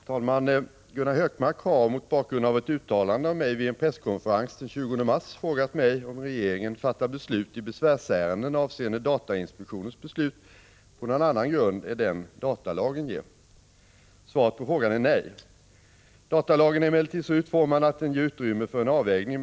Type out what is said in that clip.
I samband med en pressträff i anslutning till den konferens om forskning och integritet som på regeringens inbjudan avhölls den 20 mars, antydde justitieministern att regeringen i sin prövning av besvär över datainspektionens beslut gör en vidare bedömning än vad datainspektionen kan göra. Datainspektionen har i sitt beslutsfattande att tillämpa datalagen.